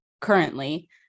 currently